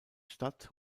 stadt